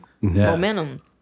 Momentum